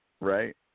right